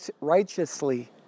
righteously